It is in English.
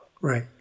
Right